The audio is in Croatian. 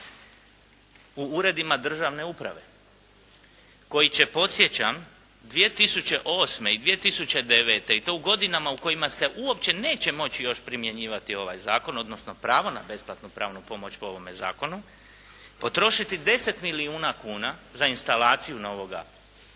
u uredima državne uprave koji će podsjećam 2008. i 2009. i to u godinama u kojima se uopće neće moći još primjenjivati ovaj zakon, odnosno pravo na besplatnu pravnu pomoć po ovome zakonu potrošiti 10 milijuna kuna za instalaciju novoga